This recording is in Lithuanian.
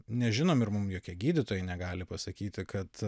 nežinom ir mum jokie gydytojai negali pasakyti kad